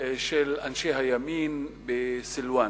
של אנשי הימין בסילואן.